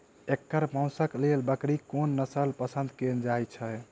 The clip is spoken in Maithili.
एकर मौशक लेल बकरीक कोन नसल पसंद कैल जाइ छै?